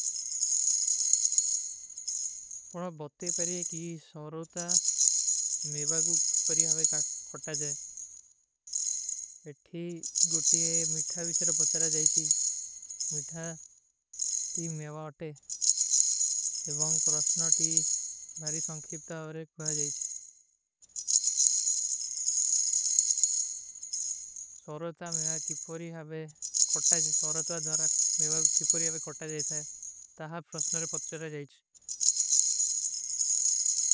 ପଲ ପତ୍ତେ ପରେଂ କି ଶଵରୋତା ମେଵା କୁ କିପୋରୀ ହାବେ ଖଟା ଜାଯେ। ଏଠୀ ଗୁଟିେ ମିଠା ଵିଶେର ପଚଚରା ଜାଯେଚୀ?। ମିଠା ତୀ ମେଵା ଅତେ ଔର କ୍ରୋସ୍ନ୍ର ତୀ ବହରୀ ସଂଖ୍ଷିପ୍ତ ଅଵରେ କ୍ଭା ଜାଯେଚ। ସଵରତା ମେଵା କିପୋରୀ ହାବେ ଖୋଟା ଜାଏଥା ହୈ। ତହାଁ ପ୍ରସ୍ନାରେ ପତ୍ଚାରା ଜାଏଚ।